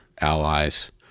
allies